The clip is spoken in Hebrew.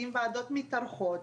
אם ועדות מתארכות,